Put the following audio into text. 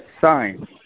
sign